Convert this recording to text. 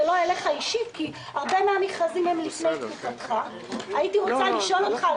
זה לא אליך אישית כי רבים מן המכרזים הם לפני תקופתך.